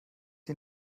ihn